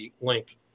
link